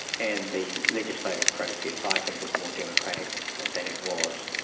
and the legislative process i think is more democratic than it was.